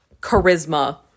charisma